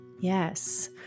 Yes